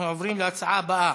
אנחנו עוברים להצעה הבאה: